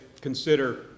consider